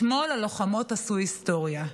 אתמול הלוחמות עשו היסטוריה.